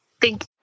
Thank